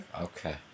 Okay